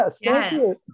Yes